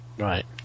Right